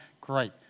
Great